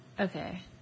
Okay